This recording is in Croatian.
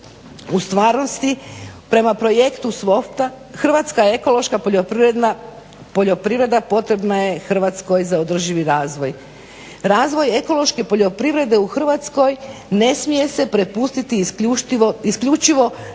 u stvarnosti prema projektu … hrvatska ekološka poljoprivreda potrebna je Hrvatskoj za održivi razvoj. Razvoj ekološke poljoprivrede u Hrvatskoj ne smije se prepustiti isključivo tržišnim